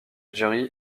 jerry